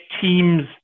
teams